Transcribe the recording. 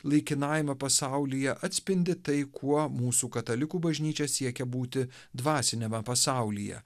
laikinajame pasaulyje atspindi tai kuo mūsų katalikų bažnyčia siekia būti dvasiniame pasaulyje